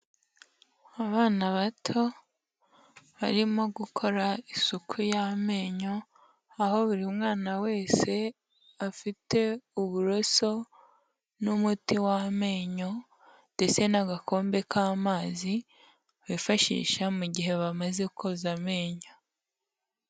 Abana bato barimo gukora isuku y'amenyo, aho buri mwana wese afite uburoso n'umuti w'amenyo ndetse n'agakombe k'amazi, bifashisha mu gihe bamaze koza amenyo